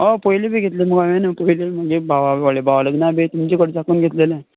हय पयलें बी घेतलो मगो हांवें पयलें म्हज्या भावाक व्हडल्या भावाक लग्नाक बी तुमच्या कडच्यानूच घेतलेले